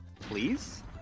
please